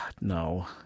no